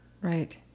right